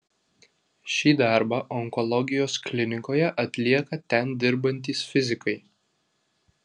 šį darbą onkologijos klinikoje atlieka ten dirbantys fizikai